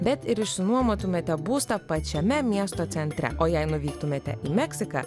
bet ir išsinuomotumėte būstą pačiame miesto centre o jei nuvyktumėte į meksiką